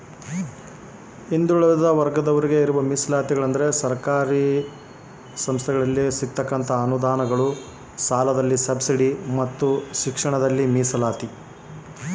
ಹಿಂದುಳಿದ ವರ್ಗದವರಿಗೆ ಇರುವ ಯೋಜನೆಗಳು ಏನು?